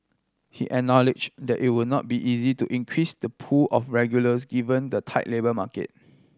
he acknowledge that it will not be easy to increase the pool of regulars given the tight labour market